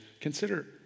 Consider